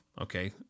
Okay